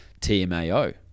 tmao